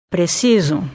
Preciso